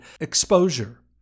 exposure